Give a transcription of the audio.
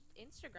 instagram